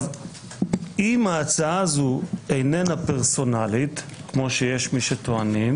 לו ההצעה הזו אינה פרסונלית כפי שיש הטוענים,